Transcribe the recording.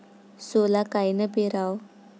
सोला कायनं पेराव?